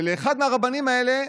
ואחד מהרבנים האלה,